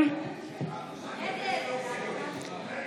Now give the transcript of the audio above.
אני מוכן לשמוע הכול.